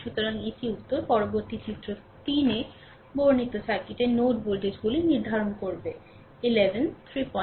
সুতরাং এটি উত্তর পরবর্তীটি চিত্র 3 তে বর্ণিত সার্কিটের নোড ভোল্টেজগুলি নির্ধারণ করবে 11 311